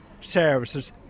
services